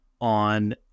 on